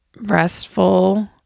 restful